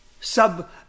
sub